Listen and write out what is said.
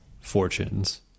fortunes